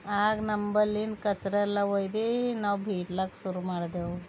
ಆಗ ನಂಬಲ್ ಏನು ಕಚ್ರ ಎಲ್ಲ ಒಯ್ದು ನಾವು ಬೀಡ್ಲಾಕ ಶುರು ಮಾಡಿದೆವು